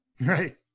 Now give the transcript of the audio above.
right